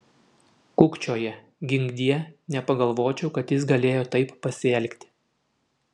kukčioja ginkdie nepagalvočiau kad jis galėjo taip pasielgti